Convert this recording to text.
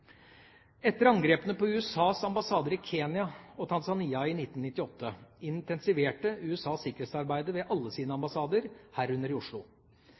Etter angrepene på USAs ambassader i Kenya og Tanzania i 1998 intensiverte USA sikkerhetsarbeidet ved alle sine ambassader, herunder i Oslo.